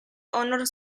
honor